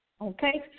okay